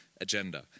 agenda